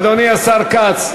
אדוני השר כץ,